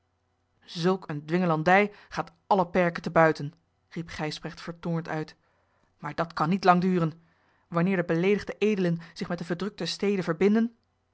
zulk eene dwingelandij gaat alle perken te buiten riep gijsbrecht vertoornd uit maar dat kan niet lang duren wanneer de beleedigde edelen zich met de verdrukte steden verbinden